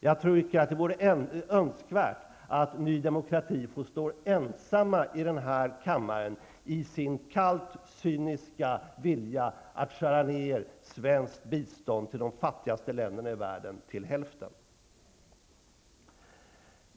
Jag tror att det vore önskvärt att nydemokrati får stå ensamt i den här kammaren i sin kallt cyniska vilja att skära ned svenskt bistånd till de fattigaste länderna i världen till hälften.